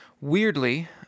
weirdly